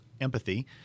empathy